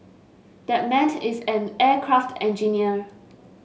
that man is an aircraft engineer